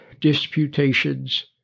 disputations